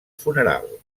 funeral